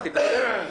הבנתי, בסדר.